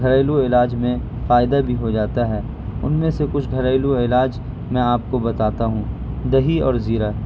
گھریلو علاج میں فائدہ بھی ہو جاتا ہے ان میں سے کچھ گھریلو علاج میں آپ کو بتاتا ہوں دہی اور زیرہ